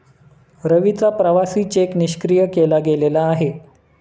रवीचा प्रवासी चेक निष्क्रिय केला गेलेला आहे